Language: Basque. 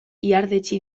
ihardetsi